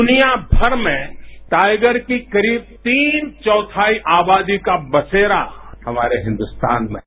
दुनिया भर में टाइगर की करीब तीन चौथाई आबादी का बसेरा हमारे हिंदुस्तान में है